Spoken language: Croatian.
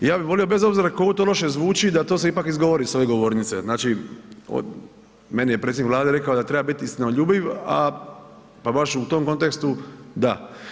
Ja bih volio bez obzira koliko to loše zvuči, da to se ipak izgovori s ove govornice, znači, meni je predsjednik Vlade rekao da treba biti istinoljubiv, a pa baš u tom kontekstu, da.